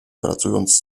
pracując